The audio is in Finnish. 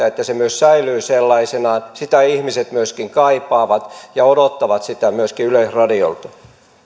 että se myös säilyy sellaisenaan sitä ihmiset myöskin kaipaavat ja odottavat sitä myöskin yleisradiolta